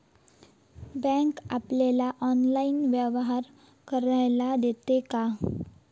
Bank आपल्याला online व्यवहार करायला देता काय?